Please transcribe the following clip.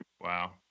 Wow